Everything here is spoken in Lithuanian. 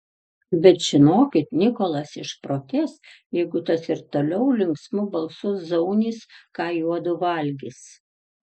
bet žinokit nikolas išprotės jeigu tas ir toliau linksmu balsu zaunys ką juodu valgys